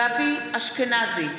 גבי אשכנזי,